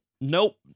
Nope